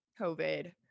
COVID